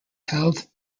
held